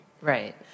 Right